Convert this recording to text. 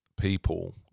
people